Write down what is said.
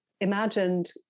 imagined